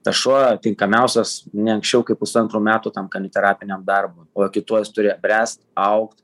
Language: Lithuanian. tas šuo tinkamiausias ne anksčiau kaip pusantrų metų tam kaniterapiniam darbui o iki to jis turi bręst augt